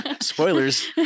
Spoilers